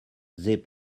zip